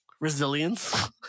resilience